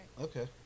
Okay